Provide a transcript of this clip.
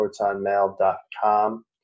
protonmail.com